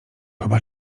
chyba